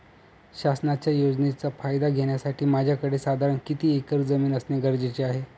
शासनाच्या योजनेचा फायदा घेण्यासाठी माझ्याकडे साधारण किती एकर जमीन असणे गरजेचे आहे?